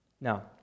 Now